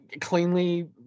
cleanly